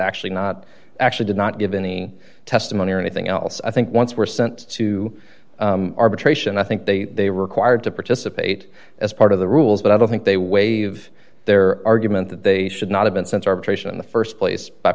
actually not actually did not give any testimony or anything else i think once were sent to arbitration i think they were required to participate as part of the rules but i don't think they waive their argument that they should not have been sent arbitration in the st place